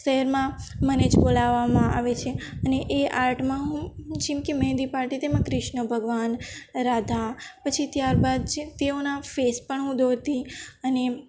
શહેરમાં મને જ બોલાવવામાં આવે છે અને એ આર્ટમાં હું જેમકે મહેંદી પાડતી તેમાં કૃષ્ણ ભગવાન રાધા પછી ત્યારબાદ જે તેઓના ફેસ પણ હું દોરતી અને